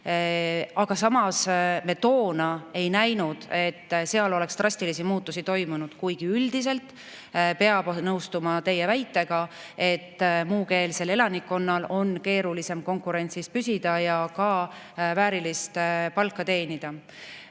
Samas, me toona ei näinud, et seal oleks drastilisi muutusi toimunud, kuigi üldiselt peab nõustuma teie väitega, et muukeelsel elanikkonnal on keerulisem konkurentsis püsida ja väärilist palka teenida.